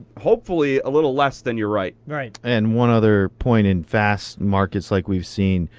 hopefully, a little less than you're right. right. and one other point in fast markets like we've seen,